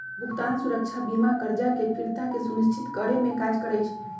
भुगतान सुरक्षा बीमा करजा के फ़िरता के सुनिश्चित करेमे काज करइ छइ